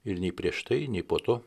ir nei prieš tai nei po to